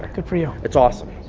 good for you. it's awesome.